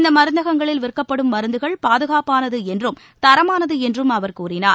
இந்த மருந்தகங்களில் விற்கப்படும் மருந்துகள் பாதுகாப்பானது என்றும் தரமானது என்றும் அவர் கூறினார்